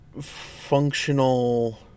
Functional